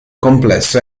complesso